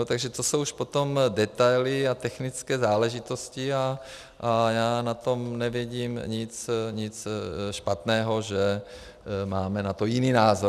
Takže to jsou už potom detaily a technické záležitosti a já na tom nevidím nic špatného, že máme na to jiný názor.